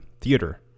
theater